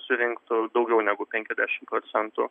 surinktų daugiau negu penkiasdešim procentų